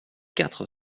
quatre